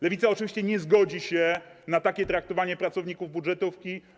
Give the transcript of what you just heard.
Lewica oczywiście nie zgodzi się na takie traktowanie pracowników budżetówki.